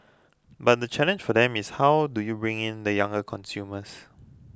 but the challenge for them is how do you bring in the younger consumers